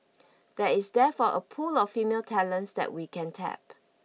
there is therefore a pool of female talent that we can tap